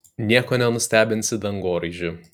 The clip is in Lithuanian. nieko nenustebinsi dangoraižiu